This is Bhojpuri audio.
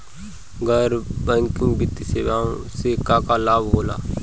गैर बैंकिंग वित्तीय सेवाएं से का का लाभ होला?